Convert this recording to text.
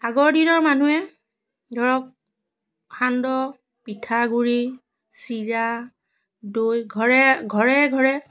আগৰ দিনৰ মানুহে ধৰক সান্দহ পিঠাগুড়ি চিৰা দৈ ঘৰে ঘৰে ঘৰে